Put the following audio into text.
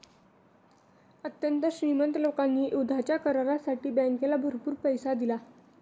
अत्यंत श्रीमंत लोकांनी युद्धाच्या करारासाठी बँकेला भरपूर पैसा दिला